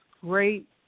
great